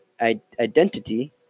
identity